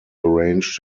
arranged